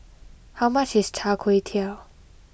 how much is Char Kway Teow